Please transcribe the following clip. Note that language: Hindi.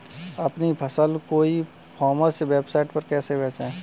अपनी फसल को ई कॉमर्स वेबसाइट पर कैसे बेचें?